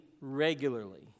regularly